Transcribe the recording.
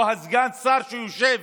סגן השר שיושב